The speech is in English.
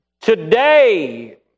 today